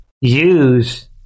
use